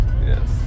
Yes